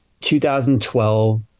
2012